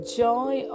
joy